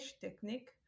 technique